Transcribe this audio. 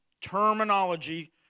terminology